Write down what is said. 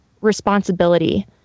responsibility